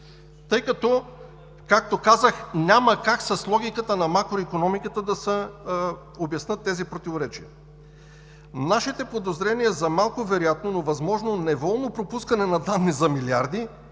тъй като, както казах, няма как с логиката на макроикономиката да се обяснят тези противоречия. Нашите подозрения за малко вероятно, но възможно неволно пропускане на данни за милиарди,